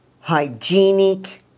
hygienic